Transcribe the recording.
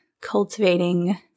cultivating